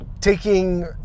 taking